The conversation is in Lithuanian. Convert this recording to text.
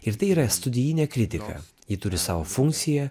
ir tai yra studijinė kritika ji turi savo funkciją